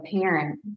parent